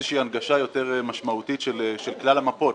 איזושהי הנגשה יותר משמעותי של כלל המפות,